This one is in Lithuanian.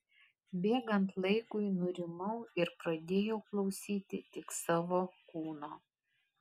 bėgant laikui nurimau ir pradėjau klausyti tik savo kūno